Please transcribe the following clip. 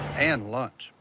and lunch.